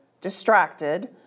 distracted